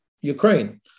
Ukraine